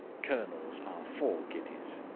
colonels are four guineas.